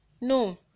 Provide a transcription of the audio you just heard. no